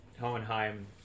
Hohenheim